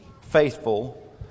faithful